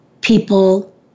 people